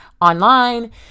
online